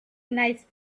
nice